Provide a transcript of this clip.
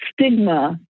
stigma